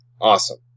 Awesome